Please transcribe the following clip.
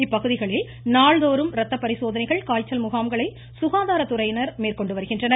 இப்பகுதிகளில் நாள்தோறும் ரத்த பரிசோதனைகள் காய்ச்சல் முகாம்களை சுகாதாரத்துறையினர் மேற்கொண்டு வருகின்றனர்